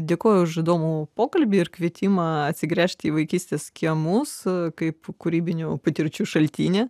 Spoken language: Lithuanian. dėkoju už įdomų pokalbį ir kvietimą atsigręžti į vaikystės kiemus kaip kūrybinių patirčių šaltinį